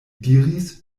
diris